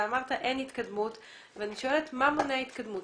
אמרת שאין התקדמות ואני שואלת מה מונע את ההתקדמות.